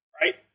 right